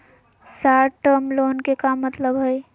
Short term loan के का मतलब हई?